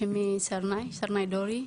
שמי סרנאי דורי,